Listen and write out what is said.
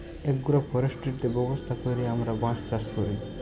agro forestry ব্যবস্থা ক্যইরে আমরা বাঁশ চাষ ক্যরি